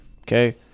Okay